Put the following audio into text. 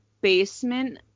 basement